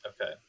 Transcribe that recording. okay